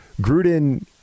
Gruden